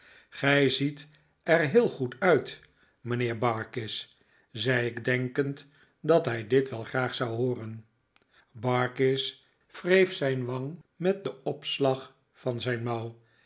gij ziet er heel goed uit mijnheer barkis zei ik denkend dat hij dit wel graag zou hooren barkis wreef zijn wang met den opslag van zijn mouw